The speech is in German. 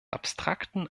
abstrakten